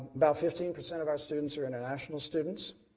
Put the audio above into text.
about fifteen percent of our students are international students.